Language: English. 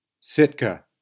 Sitka